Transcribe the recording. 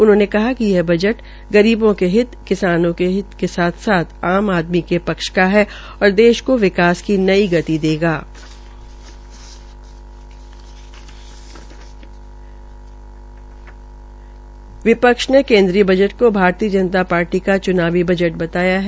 उन्होंने कहा कि यह बजट गरीबों के हित किसानों के हित के साथ साथ आम आदमी के पक्ष का है और देश को विकास की नई गति देगा विपक्ष के केन्द्रीय बजट को भारतीय जनता पार्टी का च्नावी बजट बताया है